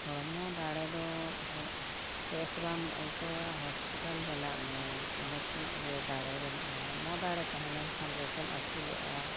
ᱦᱚᱲᱢᱚ ᱫᱟᱲᱮ ᱫᱚ ᱵᱮᱥ ᱵᱟᱢ ᱟᱹᱭᱠᱟᱹᱣᱟ ᱦᱚᱥᱯᱤᱴᱟᱞ ᱪᱟᱞᱟᱜ ᱢᱮ ᱚᱸᱰᱮ ᱠᱷᱚᱱᱟᱜ ᱜᱮ ᱫᱟᱲᱮ ᱢᱮᱱᱟᱜᱼᱟ ᱦᱚᱲᱢᱚ ᱫᱟᱲᱮ ᱛᱟᱦᱮᱸ ᱞᱮᱱᱠᱷᱟᱱ ᱵᱮᱥᱮᱢ ᱟᱹᱥᱩᱞᱚᱜᱼᱟ